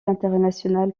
internationale